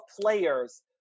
players